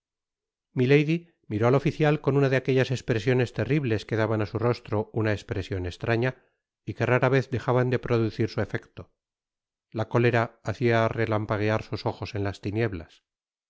miró al oficial con una de aquellas espresiones terribles que daban á su rostro una espresion estraña y que rara vez dejaban de producir su efecto la cólera hacia relampaguear sus ojos en tas tinieblas